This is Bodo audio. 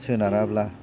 सोनाराब्ला